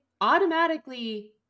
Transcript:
automatically